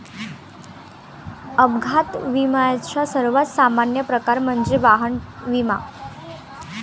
अपघात विम्याचा सर्वात सामान्य प्रकार म्हणजे वाहन विमा